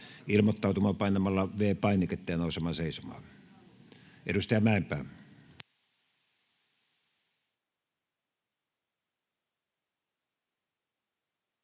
ilmoittautumaan painamalla V-painiketta ja nousemaan seisomaan. — Edustaja Mäenpää.